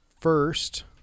first